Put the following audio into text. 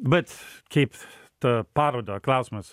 bet keip ta paroda klausimas